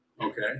Okay